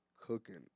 cooking